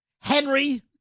Henry